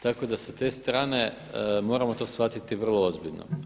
Tako da sa te strane moramo to shvatiti vrlo ozbiljno.